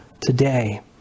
today